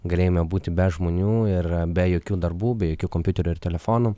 galėjome būti be žmonių ir be jokių darbų be jokių kompiuterių ir telefonų